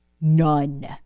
None